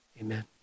Amen